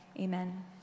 amen